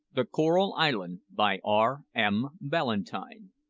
the coral island, by r m. ballantyne.